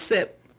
sip